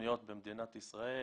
העירוניות במדינת ישראל.